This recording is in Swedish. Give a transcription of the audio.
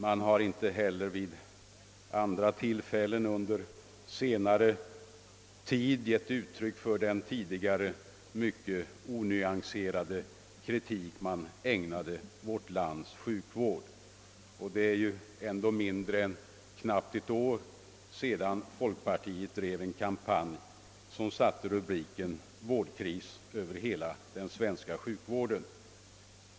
Man har inte heller vid andra tillfällen under senare tid gett uttryck för den tidigare mycket onyanserade kritik man ägnade vårt lands sjukvård. Det är dock knappt ett år sedan folkpartiet drev en kampanj som satte rubriken >vårdkris» över hela den svenska sjukvården.